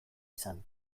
izan